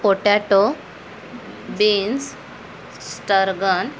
potato beans sturgeon